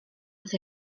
wrth